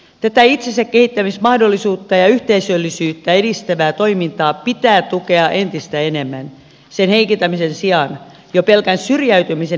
tätä itsensä kehittämismahdollisuutta ja yhteisöllisyyttä edistävää toimintaa pitää tukea entistä enemmän sen heikentämisen sijaan jo pelkän syrjäytymisen ehkäisyn nimissä